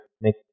make